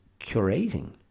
curating